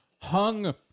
hung